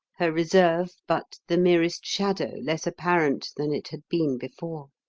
her reserve but the merest shadow less apparent than it had been before.